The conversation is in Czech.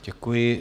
Děkuji.